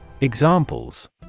Examples